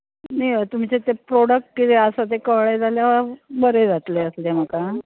तुमचे जे प्रॉडक्ट्स कितें आसा ते कळ्ळे जाल्यार बरें जातलें आसलें म्हाका